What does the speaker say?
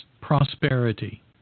prosperity